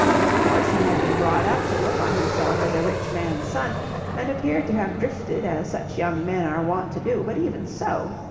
of course, he had been brought up to look on himself as a rich man's son and appeared to have drifted as such young men are wont to do but even so.